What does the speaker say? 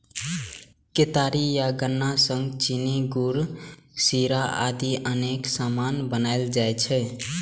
केतारी या गन्ना सं चीनी, गुड़, शीरा आदि अनेक सामान बनाएल जाइ छै